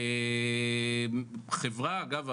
שחברה אגב,